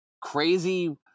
crazy